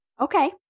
Okay